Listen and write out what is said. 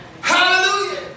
Hallelujah